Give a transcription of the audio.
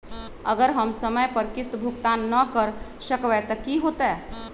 अगर हम समय पर किस्त भुकतान न कर सकवै त की होतै?